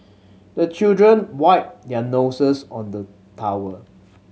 the children wipe their noses on the towel